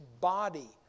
body